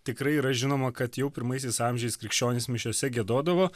tikrai yra žinoma kad jau pirmaisiais amžiais krikščionys mišiose giedodavo